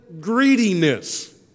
greediness